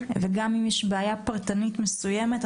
ואם יש בעיה פרטנית מסוימת,